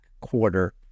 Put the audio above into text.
Quarter